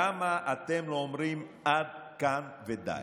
למה אתם לא אומרים: עד כאן, ודי?